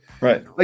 right